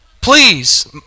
Please